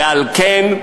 ועל כן,